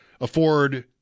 afford